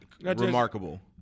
remarkable